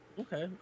Okay